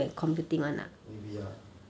maybe ah